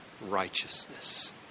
righteousness